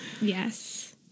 yes